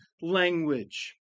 language